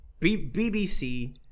BBC